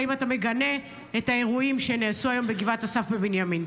והאם אתה מגנה את האירועים שנעשו היום בגבעת אסף בבנימין?